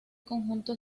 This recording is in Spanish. conjunto